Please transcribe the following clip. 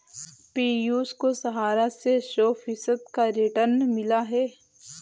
पियूष को सहारा से सौ फीसद का रिटर्न मिला है